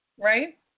Right